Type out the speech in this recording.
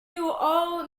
all